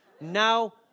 Now